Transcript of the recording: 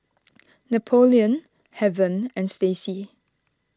Napoleon Heaven and Stacy